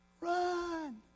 Run